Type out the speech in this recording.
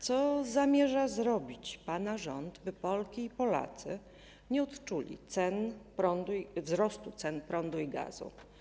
Co zamierza zrobić pana rząd, by Polki i Polacy nie odczuli wzrostu cen prądu i gazu?